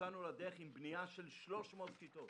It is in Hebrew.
יצאנו לדרך עם בנייה של 300 כיתות.